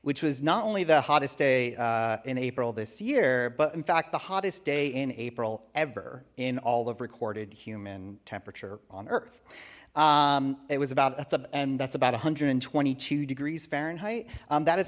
which was not only the hottest day in april this year but in fact the hottest day in april ever in all of recorded human temperature on earth it was about and that's about one hundred and twenty two degrees fahrenheit that is